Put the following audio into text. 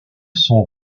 son